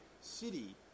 city